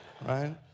right